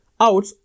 out